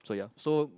so ya so